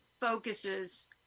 focuses